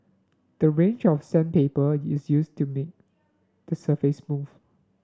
the range of sandpaper is used to make the surface smooth